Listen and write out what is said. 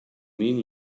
mean